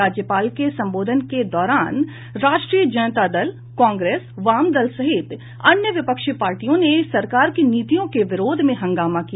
राज्यपाल के संबोधन के दौरान राष्ट्रीय जनता दल कांग्रेस वाम दल सहित अन्य विपक्षी पार्टियों ने सरकार की नीतियों के विरोध में हंगामा किया